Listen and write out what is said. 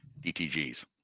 DTGs